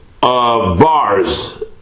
bars